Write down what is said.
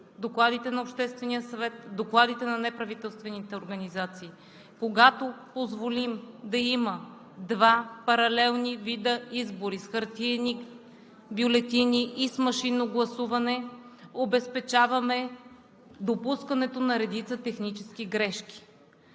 докладите на Обществения съвет, докладите на неправителствените организации: когато позволим да има два паралелни вида избори – с хартиени бюлетини и с машинно гласуване, обезпечаваме допускането на редица технически грешки.